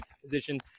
position